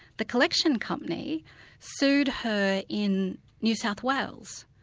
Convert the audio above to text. the collection company sued her in new south wales.